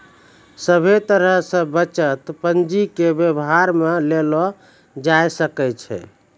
सभे तरह से बचत पंजीके वेवहार मे लेलो जाय सकै छै